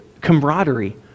camaraderie